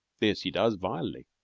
this he does vilely,